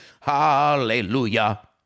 Hallelujah